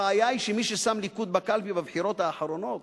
הבעיה היא שמי ששם ליכוד בקלפי בבחירות האחרונות